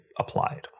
applied